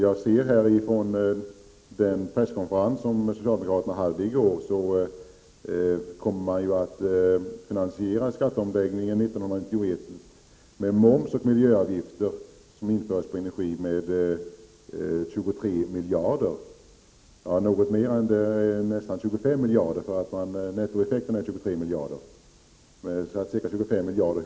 Att döma av den presskonferens som socialdemokraterna hade i går kommer man att finansiera skatteomläggningen 1991 med moms och miljöavgifter på energi. Det rör sig om nästan 25 miljarder — nettoeffekten är 23 miljarder.